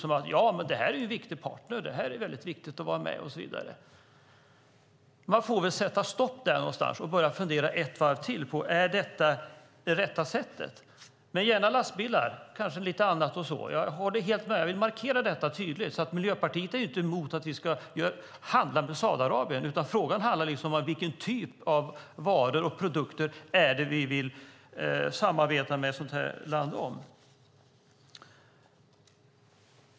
Hon säger att det är en viktig partner, att det är väldigt viktigt att vara med och så vidare. Men man får väl sätta stopp där någonstans och börja fundera ett varv till. Är detta det rätta sättet? Men gäller det lastbilar och kanske lite annat håller jag helt med. Vi markerar detta tydligt. Miljöpartiet är inte emot att vi ska handla med Saudiarabien. Frågan handlar om vilken typ av varor och produkter det är vi vill samarbeta med ett sådant här land om.